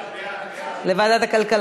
לוועדת הכלכלה.